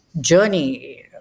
journey